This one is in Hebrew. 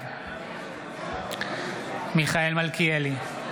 בעד מיכאל מלכיאלי,